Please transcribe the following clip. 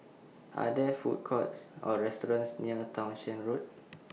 Are There Food Courts Or restaurants near Townshend Road